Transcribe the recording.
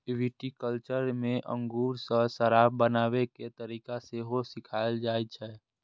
viticulture मे अंगूर सं शराब बनाबै के तरीका सेहो सिखाएल जाइ छै